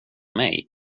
mig